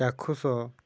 ଚାକ୍ଷୁଷ